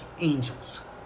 angels